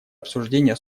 обсуждение